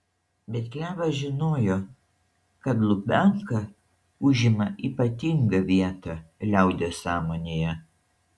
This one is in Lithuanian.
bet levas žinojo kad lubianka užima ypatingą vietą liaudies sąmonėje